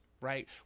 right